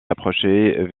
approchait